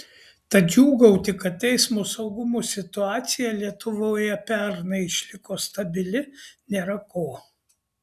tad džiūgauti kad eismo saugumo situacija lietuvoje pernai išliko stabili nėra ko